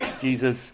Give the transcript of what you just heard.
Jesus